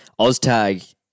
Oztag